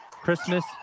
Christmas